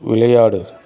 விளையாடு